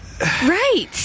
Right